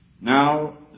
Now